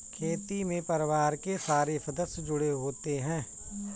खेती में परिवार के सारे सदस्य जुड़े होते है